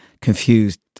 confused